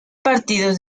partidos